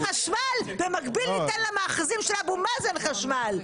--- ואחר כך תיתן להם חשמל ובמקביל ניתן למאחזים של אבו מאזן חשמל.